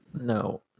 no